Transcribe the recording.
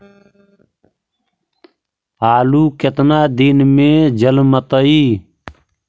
आलू केतना दिन में जलमतइ?